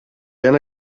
been